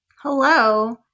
Hello